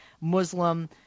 Muslim